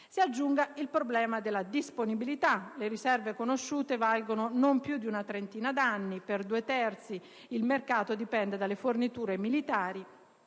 Si aggiunga il problema della disponibilità: le riserve conosciute valgono per non più di una trentina d'anni; per due terzi il mercato dipende dalle forniture militari